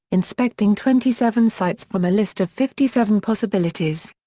inspecting twenty seven sites from a list of fifty seven possibilities.